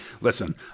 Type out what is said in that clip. listen